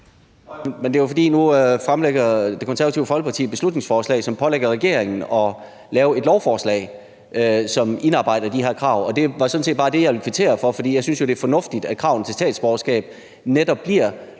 (EL): Nu fremsætter Det Konservative Folkeparti et beslutningsforslag, som pålægger regeringen at lave et lovforslag, som indarbejder de her krav. Det var sådan set bare det, jeg ville kvittere for. For jeg synes jo, det er fornuftigt, at kravene til statsborgerskab netop bliver